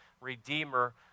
Redeemer